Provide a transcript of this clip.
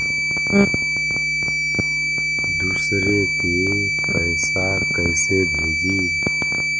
दुसरे के पैसा कैसे भेजी?